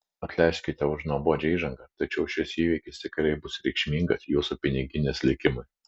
atleiskite už nuobodžią įžangą tačiau šis įvykis tikrai bus reikšmingas jūsų piniginės likimui